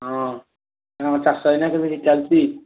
ହଁ ତୁମର ଚାଷ ଏଇନା କେମିତି ଚାଲିଛି